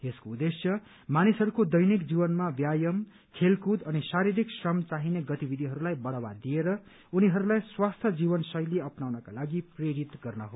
यसको उद्देश्य मानिसहरूको दैनिक जीवनमा व्यायाम खेलकूद अनि शारीरिक श्रम चाहिने गतिविधिहरूलाई बढ़ावा दिएर उनीहरूलाई स्वास्थ्य जीवन शैली अप्नाउनका लागि प्रेरित गर्न हो